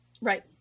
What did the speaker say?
right